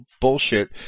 bullshit